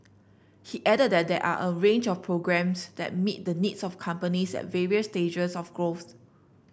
he added that there are a range of programmes that meet the needs of companies at various stages of growth